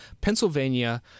Pennsylvania